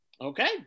Okay